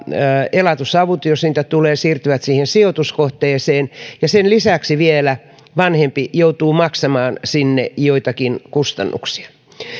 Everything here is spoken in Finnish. elatusavut jos niitä tulee siirtyvät siihen sijoituskohteeseen ja sen lisäksi vielä vanhempi joutuu maksamaan sinne joitakin kustannuksia